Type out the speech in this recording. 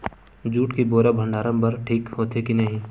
Jute के बोरा भंडारण बर ठीक होथे के नहीं?